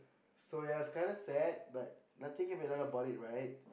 so yes kinda sad but nothing you can learn about it right